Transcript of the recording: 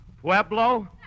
Pueblo